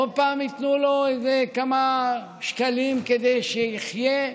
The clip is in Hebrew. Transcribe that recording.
עוד פעם ייתנו לו איזה כמה שקלים כדי שיחיה?